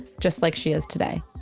just like she is today.